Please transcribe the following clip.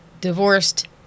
divorced